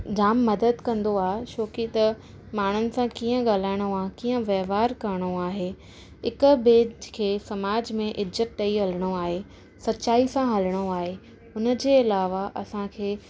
जाम मदद कन्दो आहे छो की त माण्हूनि सां कींअ ॻाल्हाईणो आहे कींअ वहिंवारु करिणो आहे हिकु ॿिए खे समाजु में इज़तु ॾेई हलिणो आहे सच्चाईअ सां हलिणो आहे हुनजे अलावा असांखे